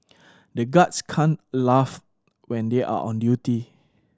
the guards can't laugh when they are on duty